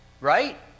right